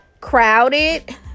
crowded